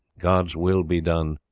god's will be done.